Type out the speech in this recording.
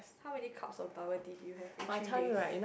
how many cups of bubble tea do you have in three days